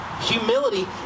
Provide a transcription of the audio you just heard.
Humility